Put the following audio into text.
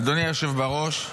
אדוני היושב בראש,